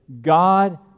God